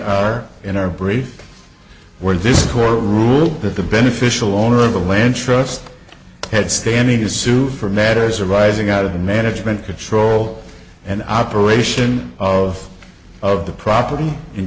or in our brief where this court ruled that the beneficial owner of the land trust heads standing to sue for matters arising out of the management control and operation of of the property in